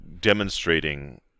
demonstrating